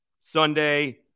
Sunday